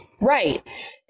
Right